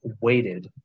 weighted